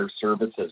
services